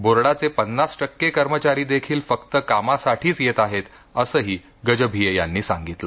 बोर्डाचे पन्नास टक्के कर्मचारी देखील फक्त कामासाठीच येत आहेत असेही गजभिये यांनी सांगितले